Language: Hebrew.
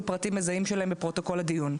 פרטים מזהים שלהם בפרוטוקול הדיון.